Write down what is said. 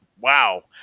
wow